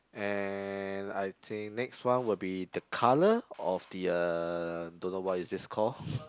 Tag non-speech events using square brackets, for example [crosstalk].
and I think next one will be the colour of the uh don't know what is this call [laughs]